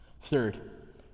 Third